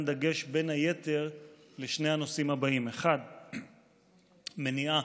דגש בין היתר על שני נושאים: 1. מניעה